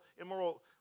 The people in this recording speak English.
immoral